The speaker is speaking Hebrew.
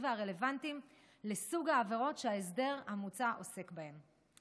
הרלוונטיים לסוג העבירות שההסדר המוצע עוסק בהן.